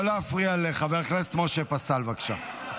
לא להפריע לחבר הכנסת משה פסל, בבקשה.